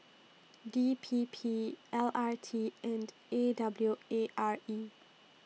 D P P L R T and A W A R E